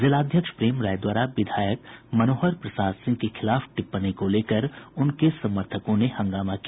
जिलाध्यक्ष प्रेम राय द्वारा विधायक मनोहर प्रसाद सिंह के खिलाफ टिप्पणी को लेकर उनके समर्थकों ने हंगामा किया